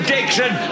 Dixon